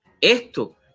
Esto